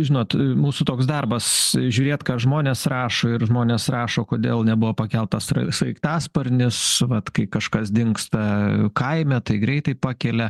žinot mūsų toks darbas žiūrėt ką žmonės rašo ir žmonės rašo kodėl nebuvo pakeltas sraigtasparnis vat kai kažkas dingsta kaime tai greitai pakelia